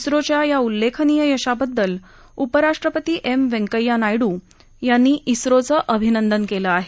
झिोच्या या उल्लेखनीय यशाबद्दल उपराष्ट्रपती एम व्यंकय्या नायडू यांनी झिोचं अभिनंदन केलं आहे